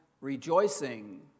rejoicing